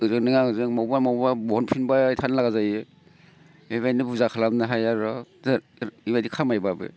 ओरैनो आंजो मबावबा मबावबा बहुद बहनफिनबाय थानो लागा जायो बेखायनो बुरजा खालामनो हाया र' बेबायदि खामायब्लाबो